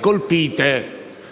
colpite